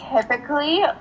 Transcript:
Typically